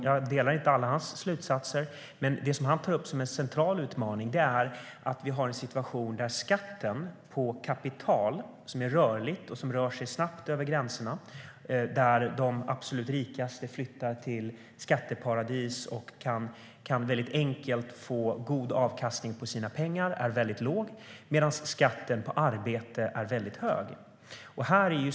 Jag delar inte alla Pickettys slutsatser, men han tar upp att en central utmaning är att vi har en situation där skatten på kapital, som är rörligt och som rör sig snabbt över gränserna - de absolut rikaste flyttar till skatteparadis och kan enkelt få god avkastning på sina pengar - är väldigt låg, medan skatten på arbete är väldigt hög.